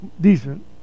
Decent